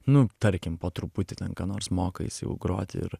nu tarkim po truputį ten ką nors mokaisi jau groti ir